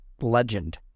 legend